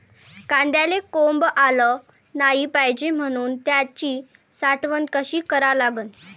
कांद्याले कोंब आलं नाई पायजे म्हनून त्याची साठवन कशी करा लागन?